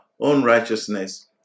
unrighteousness